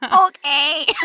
Okay